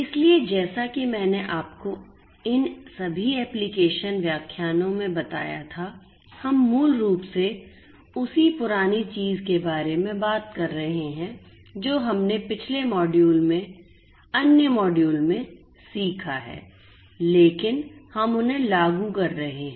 इसलिए जैसा कि मैंने आपको इन सभी एप्लिकेशन व्याख्यानों में बताया था हम मूल रूप से उसी पुरानी चीज़ के बारे में बात कर रहे हैं जो हमने पिछले मॉड्यूल में अन्य मॉड्यूल में सीखा है लेकिन हम उन्हें लागू कर रहे हैं